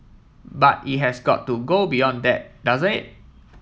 but it has got to go beyond that doesn't it